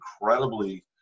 incredibly